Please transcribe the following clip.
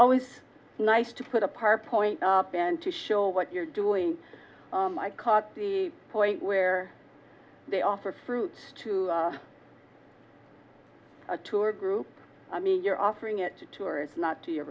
always nice to put up our point and to show what you're doing i caught the point where they offer fruit to a tour group i mean you're offering it to tourists not to your